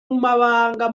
mabanga